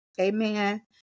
amen